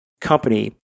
company